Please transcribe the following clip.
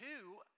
two